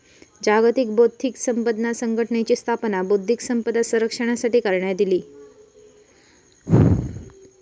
जागतिक बौध्दिक संपदा संघटनेची स्थापना बौध्दिक संपदा संरक्षणासाठी करण्यात इली